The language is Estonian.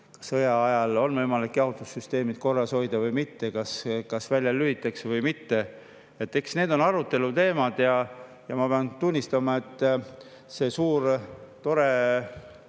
sõjaajal ikka on võimalik jahutussüsteemid korras hoida või mitte, kas välja lülitatakse või mitte. Need on aruteluteemad. Ma pean tunnistama, et selles suures toredas